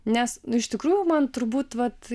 nes iš tikrųjų man turbūt vat